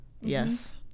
Yes